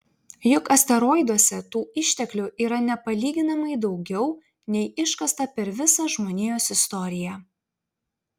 juk asteroiduose tų išteklių yra nepalyginamai daugiau nei iškasta per visą žmonijos istoriją